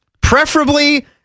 Preferably